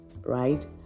right